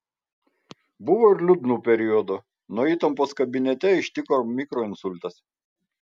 buvo ir liūdnų periodų nuo įtampos kabinete ištiko mikroinsultas